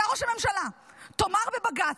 אתה ראש הממשלה, תאמר בבג"ץ: